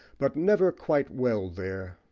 but never quite well there.